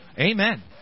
Amen